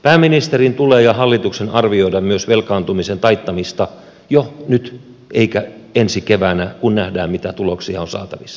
pääministerin ja hallituksen tulee arvioida myös velkaantumisen taittamista jo nyt eikä ensi keväänä kun nähdään mitä tuloksia on saatavissa